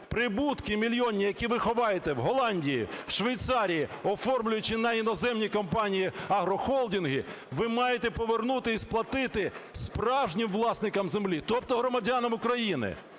Прибутки мільйонні, які ви ховаєте в Голландії, в Швейцарії, оформлюючи на іноземні компанії агрохолдинги, ви маєте повернути і сплатити справжнім власникам землі, тобто громадянам України.